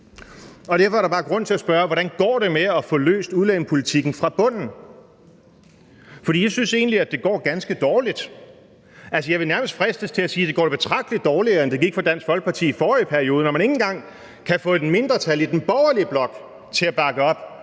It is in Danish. Derfor er der bare grund til at spørge: Hvordan går det med at få løst udlændingepolitikken fra bunden? For jeg synes egentlig, at det går ganske dårligt. Altså, jeg vil fristes nærmest til at sige, at det da går betragtelig dårligere, end det gik for Dansk Folkeparti i forrige periode, når man ikke engang kan få et mindretal i den borgerlige blok til at bakke op